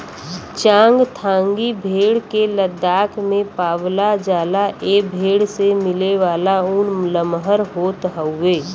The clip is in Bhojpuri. चांगथांगी भेड़ के लद्दाख में पावला जाला ए भेड़ से मिलेवाला ऊन लमहर होत हउवे